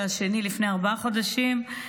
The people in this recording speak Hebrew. והשני לפני ארבעה חודשים,